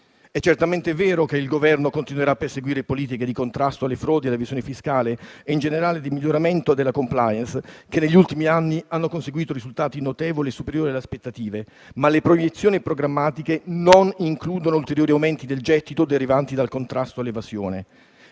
È certamente vero che il Governo continuerà a perseguire politiche di contrasto alle frodi e all'evasione fiscale e, in generale, di miglioramento della *compliance*, che negli ultimi anni hanno conseguito risultati notevoli, superiori alle aspettative, ma le proiezioni programmatiche non includono ulteriori aumenti del gettito derivanti dal contrasto all'evasione.